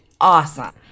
awesome